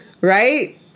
Right